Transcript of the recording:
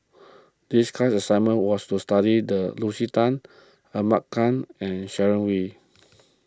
this class assignment was to study the Lucy Tan Ahmad Khan and Sharon Wee